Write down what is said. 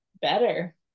better